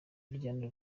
burya